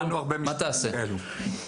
שמענו הרבה משפטים כאלה.